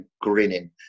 grinning